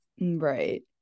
Right